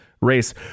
race